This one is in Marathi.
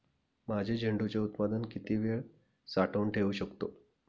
माझे झेंडूचे उत्पादन किती वेळ साठवून ठेवू शकतो?